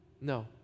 No